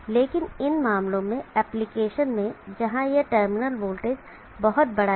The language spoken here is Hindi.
लेकिन इन मामलों में एप्लीकेशन में जहां यहां टर्मिनल वोल्टेज बहुत बड़ा है